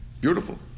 beautiful